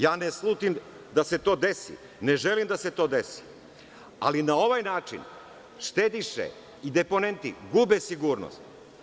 Ja ne slutim da se to desi, ne želim da se to desi, ali na ovaj način štediše i deponenti gube sigurnost.